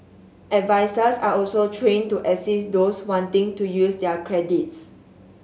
advisers are also trained to assist those wanting to use their credits